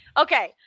okay